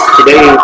Today